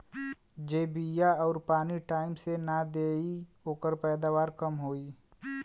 जे बिया आउर पानी टाइम से नाई देई ओकर पैदावार कम होई